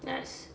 that's